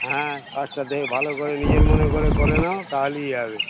হ্যাঁ কাজটা দেখ ভালো করে নিজের মনে করে করে নাও তাহলেই হবে